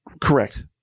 Correct